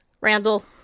Randall